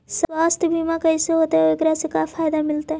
सवासथ बिमा कैसे होतै, और एकरा से का फायदा मिलतै?